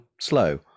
slow